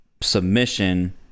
submission